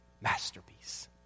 Masterpiece